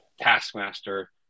Taskmaster